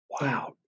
Wow